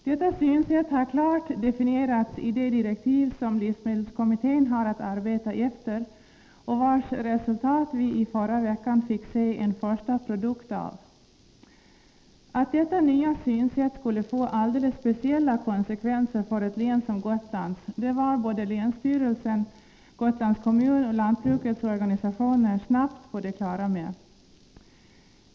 Detta synsätt har klart definierats i de direktiv som livsmedelskommittén har att arbeta efter, och vars resultat vi i förra veckan fick se en första produkt av. Att detta nya synsätt skulle få alldeles speciella konsekvenser för ett län som Gotlands var länsstyrelsen, Gotlands kommun och lantbrukets organisationer snabbt på det klara med.